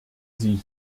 sie